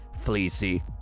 fleecy